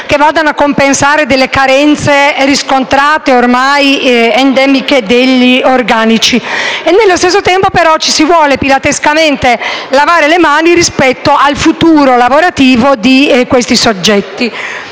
che vadano a compensare le carenze riscontrate e ormai endemiche negli organici. E, nello stesso tempo, ci si vuole pilatescamente lavare le mani rispetto al futuro lavorativo dei soggetti